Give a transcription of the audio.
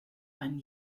ein